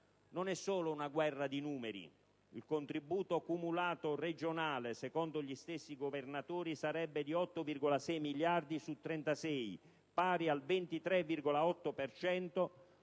Non è solo una guerra di numeri: il contributo cumulato regionale, secondo gli stessi governatori, sarebbe di 8,6 miliardi su 36, pari al 23,8